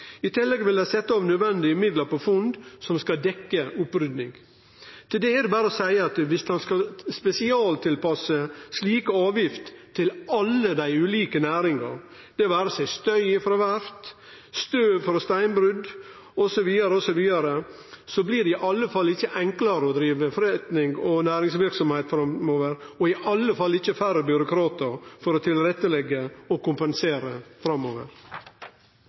I tillegg vil dei setje av nødvendige midlar på fond som skal dekkje opprydding. Til dette er det berre å seie at viss ein skal spesialtilpasse slike avgifter til alle dei ulike næringane, det vere seg støy frå verft, støv frå steinbrott, osv., blir det i alle fall ikkje enklare å drive forretning og næringsverksemd framover, og det blir i alle fall ikkje færre byråkratar som skal leggje til rette og